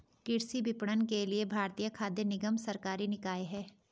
कृषि विपणन के लिए भारतीय खाद्य निगम सरकारी निकाय है